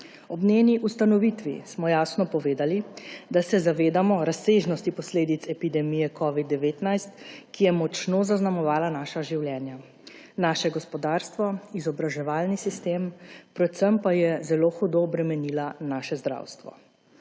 Ob njeni ustanovitvi smo jasno povedali, da se zavedamo razsežnosti posledic epidemije covida-19, ki je močno zaznamovala naša življenja, naše gospodarstvo, izobraževalni sistem, predvsem pa je zelo hudo bremenila naše zdravstvo.